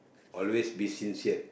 always be sincered